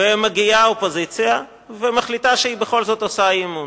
ומגיעה האופוזיציה ומחליטה שהיא בכל זאת עושה אי-אמון,